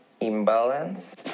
imbalance